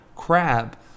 Crab